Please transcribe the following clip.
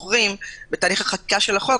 בתהליך החקיקה של החוק,